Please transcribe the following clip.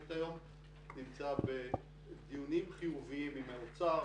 היום נמצא בדיונים חיוביים עם האוצר,